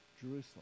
Jerusalem